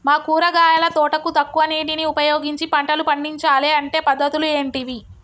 మా కూరగాయల తోటకు తక్కువ నీటిని ఉపయోగించి పంటలు పండించాలే అంటే పద్ధతులు ఏంటివి?